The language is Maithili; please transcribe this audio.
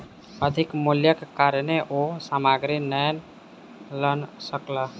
अधिक मूल्यक कारणेँ ओ सामग्री नै लअ सकला